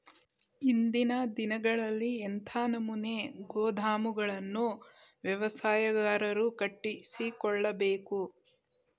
ಇಂದಿನ ದಿನಗಳಲ್ಲಿ ಎಂಥ ನಮೂನೆ ಗೋದಾಮುಗಳನ್ನು ವ್ಯವಸಾಯಗಾರರು ಕಟ್ಟಿಸಿಕೊಳ್ಳಬೇಕು?